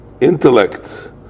intellect